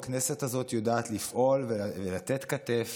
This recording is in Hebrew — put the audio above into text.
הכנסת הזאת יודעת לפעול ולתת כתף